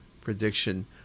prediction